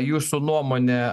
jūsų nuomone